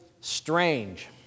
strange